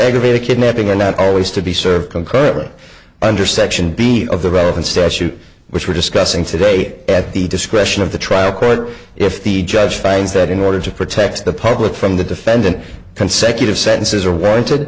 aggravated kidnapping are not always to be served concurrently under section b of the relevant statute which we're discussing today at the discretion of the trial court if the judge finds that in order to protect the public from the defendant consecutive sentences or wanted